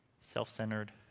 self-centered